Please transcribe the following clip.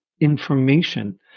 information